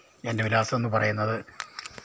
എൻ്റെ വിലാസമെന്ന് പറയുന്നത്